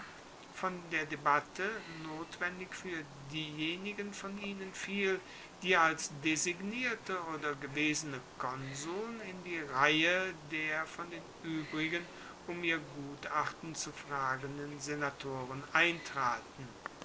von der debatte notwendig fuer diejenigen von ihnen fiel die als designierte oder gewesene konsuln in die reihe der vor den uebrigen um ihr gutachten zu fragenden senatoren eintraten